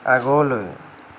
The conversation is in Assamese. আগলৈ